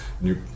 new